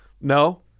No